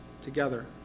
together